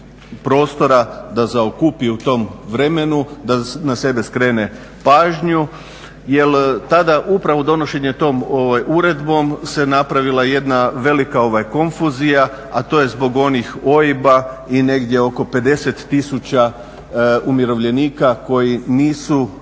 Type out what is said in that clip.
prostora da zaokupi u tom vremenu, da na sebe skrene pažnju jer tada upravo donošenje tom uredbom se napravila jedna velika konfuzija, a to je zbog onih OIB-a i negdje oko 50 tisuća umirovljenika koji nisu